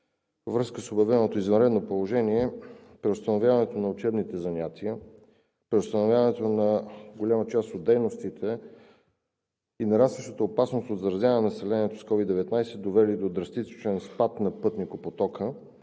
връзка с обявеното извънредно положение, преустановяването на учебните занятия, преустановяването на голяма част от дейностите и нарастващата опасност от заразяване на населението с COVID-19, довели до драстичен спад на пътникопотока,